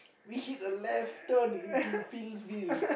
we hit a left turn into Fieldsville